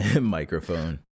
microphone